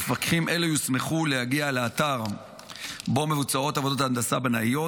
מפקחים אלה יוסמכו להגיע לאתר שבו מבוצעות עבודות הנדסה בנאיות,